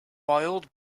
boiled